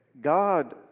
God